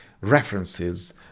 references